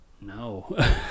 No